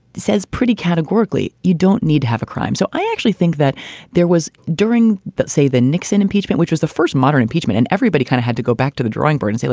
says pretty categorically, you don't need to have a crime. so i actually think that there was during, say, the nixon impeachment, which was the first modern impeachment, and everybody kind of had to go back to the drawing board and say,